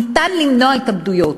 ניתן למנוע התאבדויות.